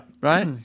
Right